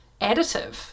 additive